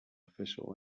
official